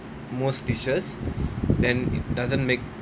most dishes then it doesn't make